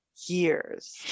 years